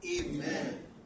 Amen